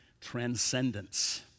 transcendence